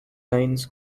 lines